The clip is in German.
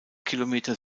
kilometer